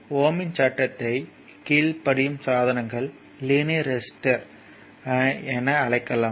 ஓம் இன் சட்டத்தை Ohm's Law கீழ்ப்படியும் சாதனங்களை லீனியர் ரெசிஸ்டர் என அழைக்கலாம்